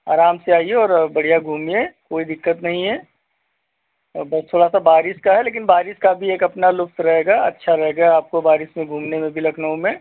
आराम से आईए और बढ़िया घूमिए कोई दिक्कत नहीं है और बस थोड़ा सा बारिश का है लेकिन बारिश का भी अपना एक लुत्फ रहेगा अच्छा लगेगा आपको बारिश में भी घूमने में लखनऊ में